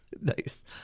Nice